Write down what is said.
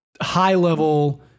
high-level